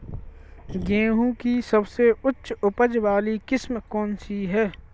गेहूँ की सबसे उच्च उपज बाली किस्म कौनसी है?